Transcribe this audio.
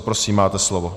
Prosím, máte slovo.